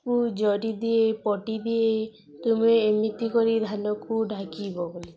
କୁ ଜରି ଦିଏ ପଟି ଦିଏ ତୁମେ ଏମିତି କରି ଧାନକୁ ଢାକିବ